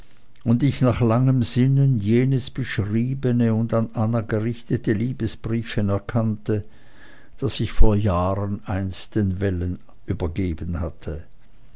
und ich nach langem sinnen jenes beschriebene und an anna gerichtete liebesbriefchen erkannte das ich vor jahren einst den wellen übergeben hatte